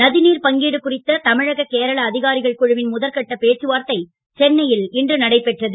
நதிநீர் பங்கீடு குறித்த தமிழக கேரள அதிகாரிகள் குழுவின் முதற்கட்ட பேச்சுவார்த்தை சென்னையில் இன்று நடைபெற்றது